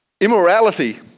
immorality